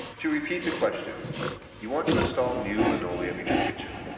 to repeat the question you want to install new linoleum in your kitchen,